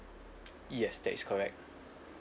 yes that is correct